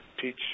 teach